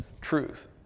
truth